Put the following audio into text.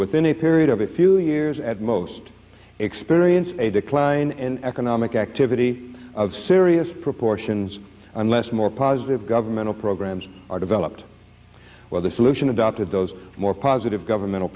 within a period of a few years at most experienced a decline in economic activity of serious proportions unless more positive governmental programs are developed where the solution adopted those more positive governmental